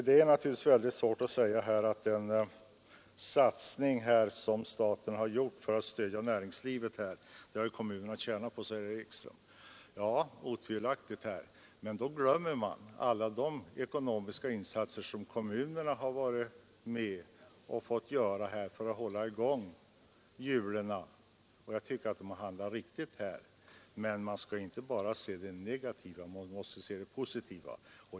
Den satsning som staten här har gjort för att stödja näringslivet har kommunerna tjänat på, säger herr Ekström. Ja, otvivelaktigt, men då glömmer man alla de ekonomiska insatser som kommunerna har fått göra för att hålla i gång hjulen, och jag tror att de har handlat riktigt. Man skall inte bara se det negativa, man måste också se det positiva.